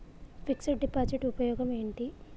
Fix డ్ deposit ఉపయోగం ఏంటి?